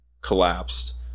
collapsed